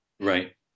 Right